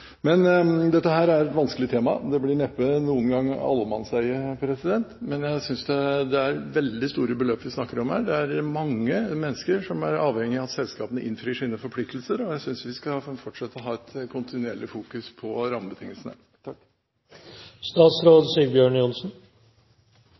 Men dette er et vanskelig tema. Det blir neppe noen gang allemannseie. Men jeg synes det er veldig store beløp vi snakker om her. Det er mange mennesker som er avhengige av at selskapene innfrir sine forpliktelser, og jeg synes vi skal fortsette å ha et kontinuerlig fokus på rammebetingelsene.